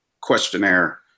questionnaire